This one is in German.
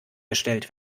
gestellt